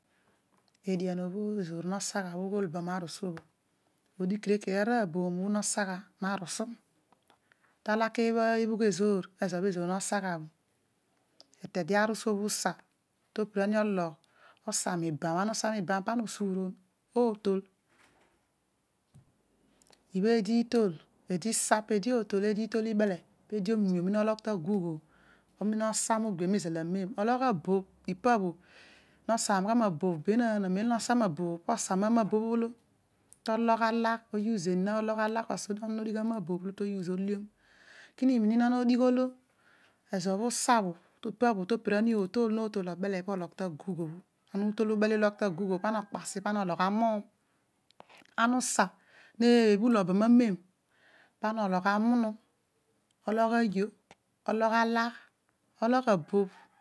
Edian bho̱ ezoor no sa gha bho ughol bo ma arusu odigh kere kere ara aboom bho no sa gha ma rusu ta laka ebha ebhugh ezoor ke ezo bho ezoor no sa gha bho etede arusu bho usa to pira ni ologh osa mibam ana usa mibam pana psu gmuron, ootol, ibha eed, itol eedi is a peedi ootọh, eedi itol ibele peedi omira ologh to guugh ohho omina osa mo gbe bhiomizal amen ologh a bobh ipa bho no saam gha ma bobh benaan, amem nosa ma bobh, po osa ama- bobh olo to logh alogh o use ena ologh alagh osa ikere odigh ama- bobh o use uliom ik in odigh olo omiind non ezo bho usa bho to pa bho to pirani otol, notol obele po logh gh obho, agungh ana ubele u logh to aguugh obho pana okpasi pana ologh amnum, ana usa neebhut obam ma men pana ologh amunu, ologh ayo, ologh alagh, o logh abobh.